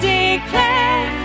declare